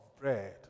bread